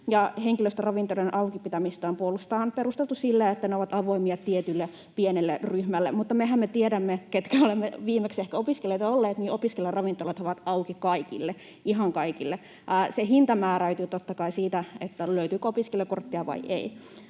henkilöstöravintoloiden auki pitämistä on puolestaan perusteltu sillä, että ne ovat avoimia tietylle pienelle ryhmälle. Mutta mehän, ketkä olemme viimeksi ehkä opiskelijoita olleet, tiedämme, että opiskelijaravintolat ovat auki kaikille, ihan kaikille. Se hinta määräytyy totta kai siitä, löytyykö opiskelijakorttia vai ei.